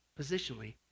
positionally